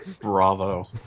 Bravo